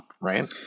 right